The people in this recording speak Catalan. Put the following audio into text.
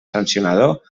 sancionador